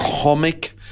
comic